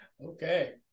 Okay